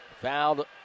Fouled